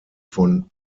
von